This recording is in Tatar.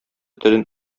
телен